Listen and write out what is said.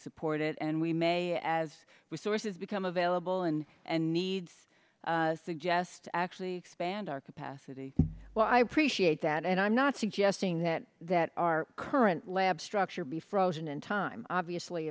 support it and we may as resources become available and and needs suggest actually expand our capacity well i appreciate that and i'm not suggesting that that our current lab structure be frozen in time obviously